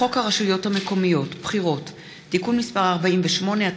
הצעת חוק הרשויות המקומיות (בחירות) (תיקון מס' 48),